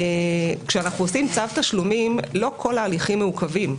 כשאנחנו עושים צו תשלומים, לא כל ההליכים מעוכבים.